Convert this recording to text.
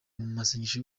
masengesho